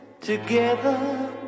Together